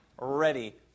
ready